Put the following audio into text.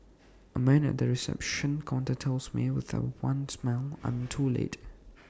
A man at the reception counter tells me with A wan smile I am too late